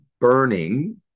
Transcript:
burning